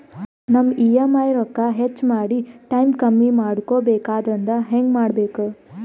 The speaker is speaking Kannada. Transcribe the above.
ನಮ್ಮ ಇ.ಎಂ.ಐ ರೊಕ್ಕ ಹೆಚ್ಚ ಮಾಡಿ ಟೈಮ್ ಕಮ್ಮಿ ಮಾಡಿಕೊ ಬೆಕಾಗ್ಯದ್ರಿ ಹೆಂಗ ಮಾಡಬೇಕು?